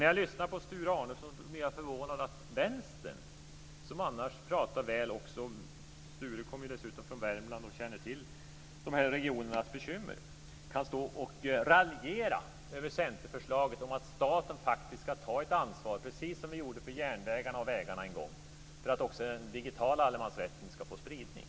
När jag lyssnar på Sture Arnesson blir jag förvånad att Vänstern - Sture Arnesson kommer också från Värmland och känner till regionernas bekymmer - kan raljera över Centerförslaget att staten faktiskt ska ta ett ansvar, precis som man gjorde för järnvägarna och vägarna en gång i tiden, för att också den digitala allemansrätten ska få spridning.